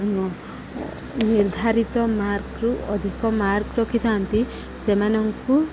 ନିର୍ଦ୍ଧାରିତ ମାର୍କରୁ ଅଧିକ ମାର୍କ ରଖିଥାନ୍ତି ସେମାନଙ୍କୁ